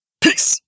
Peace